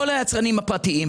כל היצרנים הפרטיים,